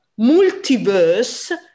multiverse